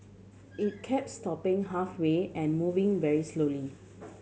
it kept stopping halfway and moving very slowly